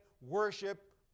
worship